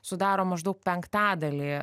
sudaro maždaug penktadalį